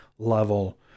Level